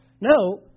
No